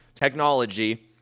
technology